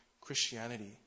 Christianity